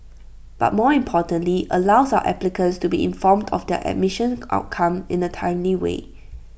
but more importantly allows our applicants to be informed of their admission outcome in A timely way